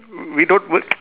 we don't w~